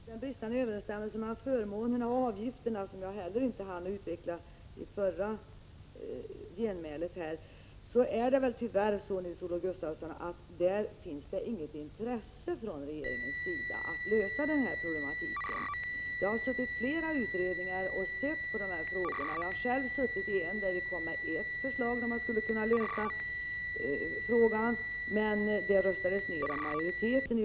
Herr talman! Vad gäller den bristande överensstämmelsen mellan förmånerna och avgifterna, en fråga som jag inte hann utveckla i min förra replik, har regeringen tyvärr, Nils-Olof Gustafsson, inget intresse av att lösa problematiken. Flera utredningar har arbetat med den frågan. Jag har själv ingått i en utredning, där det lades fram ett förslag till lösning av frågan, men det röstades ned av majoriteten.